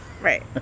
right